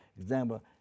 example